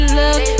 look